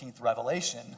revelation